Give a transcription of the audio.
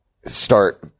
start